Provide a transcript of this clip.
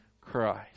Christ